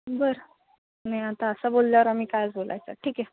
बरं नाही आता असं बोलल्यावर आम्ही कायच बोलायचं ठीक आहे